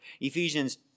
Ephesians